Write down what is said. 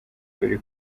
buri